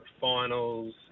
finals